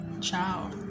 Ciao